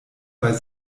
bei